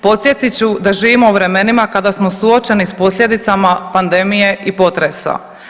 Podsjetit ću da živimo u vremenima kada smo suočeni s posljedicama pandemije i potresa.